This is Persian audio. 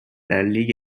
لیگ